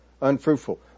unfruitful